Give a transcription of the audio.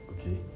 okay